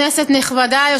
כנסת נכבדה,